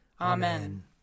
Amen